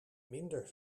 minder